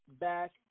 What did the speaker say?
back